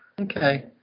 Okay